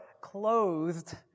clothed